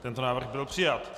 Tento návrh byl přijat.